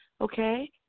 okay